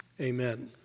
Amen